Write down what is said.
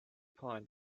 point